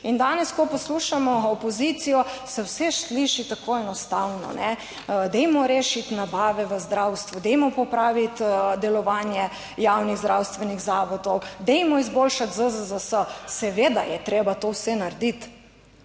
In danes, ko poslušamo opozicijo, se vse sliši tako enostavno, dajmo rešiti nabave v zdravstvu, dajmo popraviti delovanje javnih zdravstvenih zavodov, dajmo izboljšati ZZZS. Seveda je treba to vse narediti.